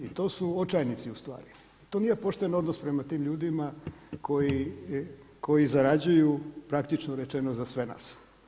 I to su očajnici ustvari, to nije pošten odnos prema tim ljudima koji zarađuju praktično rečeno za sve nas.